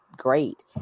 Great